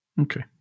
Okay